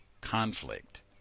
conflict